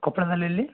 ಕೊಪ್ಳದಲ್ಲಿ ಎಲ್ಲಿ